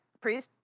Priest